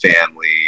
family